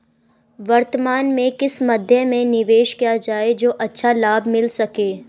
वर्तमान में किस मध्य में निवेश किया जाए जो अच्छा लाभ मिल सके?